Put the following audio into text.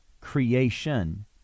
creation